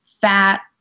fat